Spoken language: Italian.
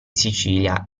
sicilia